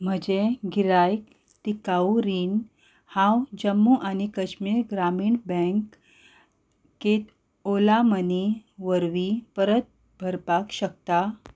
म्हजें गिरायक टिकाऊ रीण हांव जम्मू आनी काश्मीर ग्रामीण बँकेंत ओला मनी वरवीं परत भरपाक शकता